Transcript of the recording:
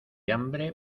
hambre